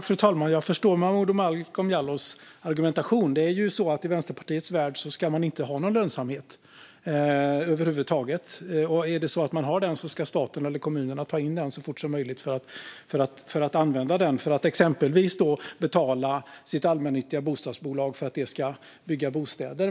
Fru talman! Jag förstår Momodou Malcolm Jallows argumentation, för i Vänsterpartiets värld ska man inte ha någon lönsamhet över huvud taget. Och om det är så att man har det ska staten eller kommunerna ta in den så fort som möjligt för att använda den för att exempelvis betala sitt allmännyttiga bostadsbolag för att det ska bygga bostäder.